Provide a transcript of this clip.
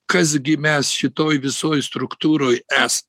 kas gi mes šitoj visoj struktūroj es